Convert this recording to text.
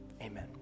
Amen